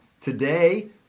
today